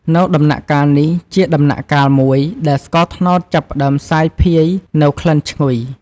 នៅដំណាក់កាលនេះ ជាដំណាក់កាលមួយដែលស្ករត្នោតចាប់ផ្តើមសាយភាយនូវក្លិនឈ្ងុយ។